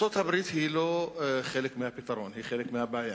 ארצות-הברית היא לא חלק מהפתרון, היא חלק מהבעיה.